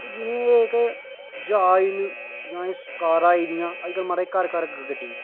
ते जनेह् जेह्के ज्हाज न जां एह् कारां आई दियां न अजकल माराज घर घर गड्डी